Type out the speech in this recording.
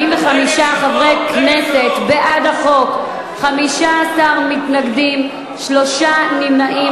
45 חברי כנסת בעד החוק, 15 מתנגדים, שלושה נמנעים.